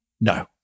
No